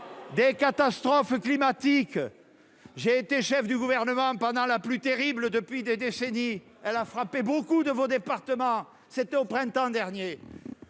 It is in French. Des catastrophes climatiques, j'ai été chef du gouvernement pendant la plus terrible depuis des décennies, elle a frappé beaucoup de vos départements, c'était au printemps dernier,